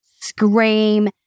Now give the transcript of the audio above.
scream